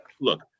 Look